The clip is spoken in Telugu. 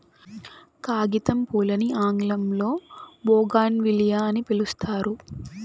కాగితంపూలని ఆంగ్లంలో బోగాన్విల్లియ అని పిలుస్తారు